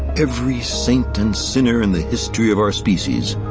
every saint and sinner in the history of our species.